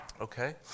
Okay